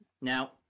Now